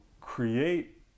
create